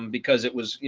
because it was you